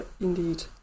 indeed